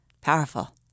Powerful